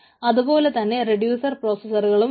അതുപോലെതന്നെ റെഡ്യൂസർ പ്രോസസറുകളും ഉണ്ട്